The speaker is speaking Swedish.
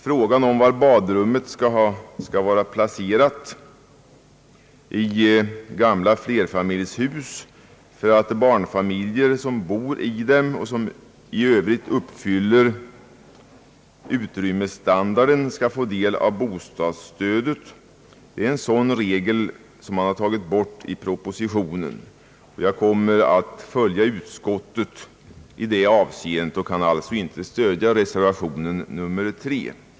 Frågan om var badrummet skall vara placerat i gamla flerfamiljshus för att barnfamiljer som bor i dem och som i Övrigt uppfyller kraven skall få del av bostadsstödet, det är en sådan regel som man har tagit bort i propositionen. Jag kommer att följa utskottet i det avseendet och kan alltså inte stödja reservation nr 3.